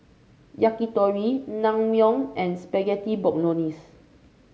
Yakitori Naengmyeon and Spaghetti Bolognese